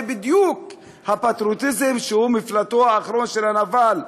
זה בדיוק הפטריוטיזם שהוא מפלטו האחרון של הנבל.